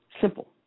Simple